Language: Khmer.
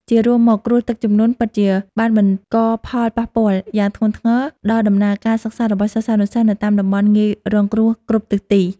ជារួមមក គ្រោះទឹកជំនន់ពិតជាបានបង្កផលប៉ះពាល់យ៉ាងធ្ងន់ធ្ងរដល់ដំណើរការសិក្សារបស់សិស្សានុសិស្សនៅតាមតំបន់ងាយរងគ្រោះគ្រប់ទិសទី។